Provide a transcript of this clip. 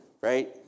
right